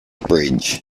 bridge